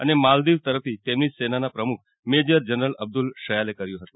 અને માલદીવ તરફથી તેમની સેનાના પ્રમુખ મેજર જનરલ અબ્દલ શયાલે કર્યું હતું